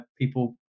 people